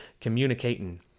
communicating